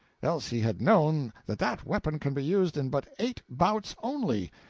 else he had known that that weapon can be used in but eight bouts only,